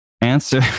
answer